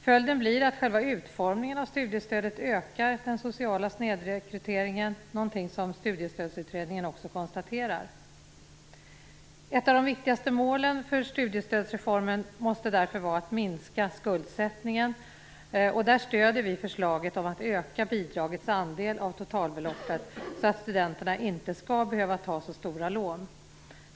Följden blir att själva utformningen av studiestödet ökar den sociala snedrekryteringen - någonting som Studiestödsutredningen också konstaterar. Ett av de viktigaste målen för studiestödsreformen måste därför vara att minska skuldsättningen, och där stöder vi förslaget om att öka bidragets andel av totalbeloppet, så att studenterna inte skall behöva ta så stora lån.